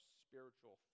spiritual